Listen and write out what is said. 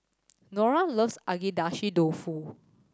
Nora loves Agedashi Dofu